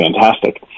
fantastic